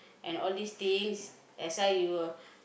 and all this thing that's why you will